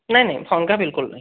ନାଇଁ ନାଇଁ ଭଙ୍ଗା ବିଲ୍କୁଲ୍ ନାହିଁ